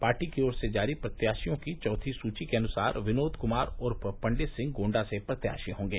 party की ओर से जारी प्रत्याशियों की चौथी सूची के अनुसार विनोद कुमार उर्फ पंडित सिंह गोण्डा से प्रत्याशी होंगे